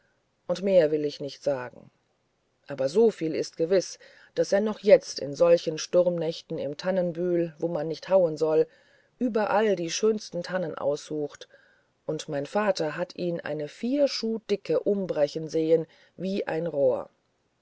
und mehr will ich nicht sagen aber soviel ist gewiß daß er noch jetzt in solchen sturmnächten im tannenbühl wo man nicht hauen soll überall die schönsten tannen aussucht und mein vater hat ihn eine vier schuh dicke umbrechen sehen wie ein rohr